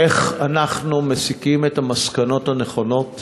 איך אנחנו מסיקים את המסקנות הנכונות